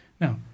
Now